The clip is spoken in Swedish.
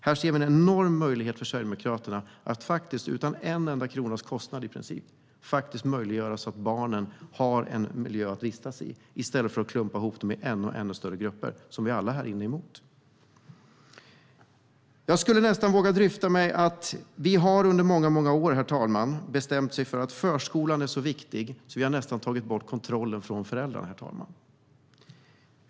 Här ser vi i Sverigedemokraterna en enorm möjlighet att se till att barnen har en miljö att vistas i, i stället för att klumpa ihop dem i ännu större grupper, som vi alla här inne är emot. Vi har under många år haft inställningen att förskolan är så viktig att vi nästan tagit bort kontrollen från föräldrarna.